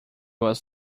was